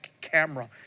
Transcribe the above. camera